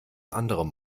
anderem